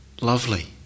lovely